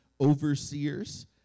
overseers